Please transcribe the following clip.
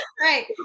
Right